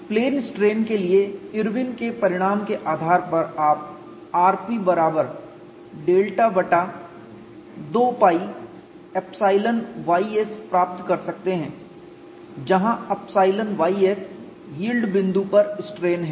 plane strain के लिए Irwin के परिणाम के आधार पर आप rp बराबर डेल्टा बटा 2 π ϵys प्राप्त कर सकते हैं जहाँ ϵys यील्ड बिंदु पर स्ट्रेन है